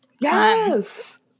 Yes